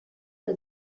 los